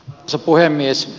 arvoisa puhemies